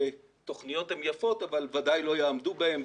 שתוכניות הן יפות אבל ודאי לא יעמדו בהן,